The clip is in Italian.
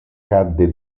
cadde